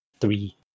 Three